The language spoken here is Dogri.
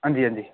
हां जी हां जी